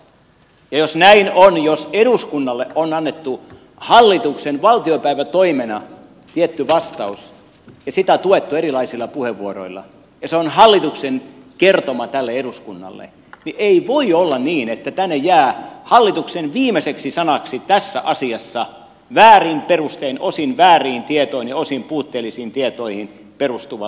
ja jos näin on jos eduskunnalle on annettu hallituksen valtiopäivätoimena tietty vastaus ja sitä tuettu erilaisilla puheenvuoroilla ja se on hallituksen kertoma tälle eduskunnalle ei voi olla niin että tänne jää hallituksen viimeiseksi sanaksi tässä asiassa osin vääriin tietoihin ja osin puutteellisiin tietoihin perustuva viesti